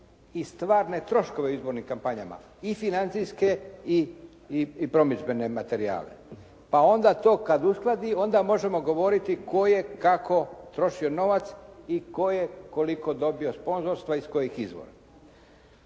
i stvarne troškove u izbornim kampanjama i financijske i promidžbene materijale, pa onda to kad uskladi, onda možemo govoriti tko je kako trošio novac i tko je koliko dobio sponzorstva iz kojih izvora.